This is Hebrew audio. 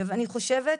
אני חושבת